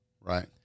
Right